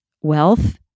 wealth